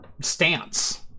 stance